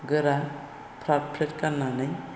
गोरा फ्राथ फ्रिथ गाननानै